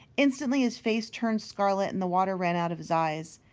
instantly his face turned scarlet and the water ran out of his eyes.